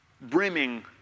brimming